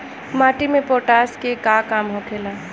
माटी में पोटाश के का काम होखेला?